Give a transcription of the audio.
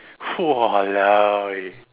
!walao! eh